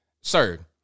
sir